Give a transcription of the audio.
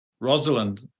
Rosalind